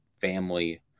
family